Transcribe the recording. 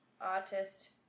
artist